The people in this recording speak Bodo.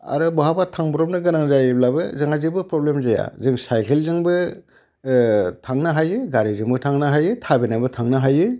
आरो बहाबा थांब्र'बनो गोनां जायोब्लाबो जोंहा जेबो प्रब्लेम जाया जों सायकेलजोंबो थांनो हायो गारिजोंबो थांनो हायो थाबायनानैबो थांनो हायो